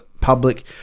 public